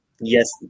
Yes